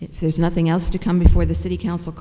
if there is nothing else to come before the city council